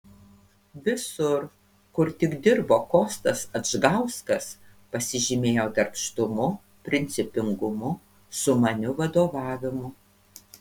visur kur tik dirbo kostas adžgauskas pasižymėjo darbštumu principingumu sumaniu vadovavimu